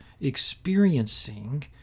experiencing